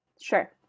Sure